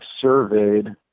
surveyed